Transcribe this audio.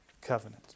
covenant